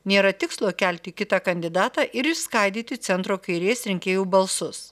nėra tikslo kelti kitą kandidatą ir išskaidyti centro kairės rinkėjų balsus